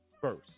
first